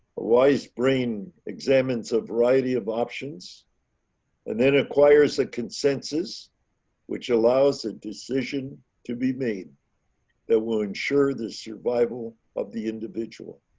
wise brain examines a variety of options and then acquires a consensus which allows the decision to be made that will ensure the survival of the individual.